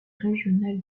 régional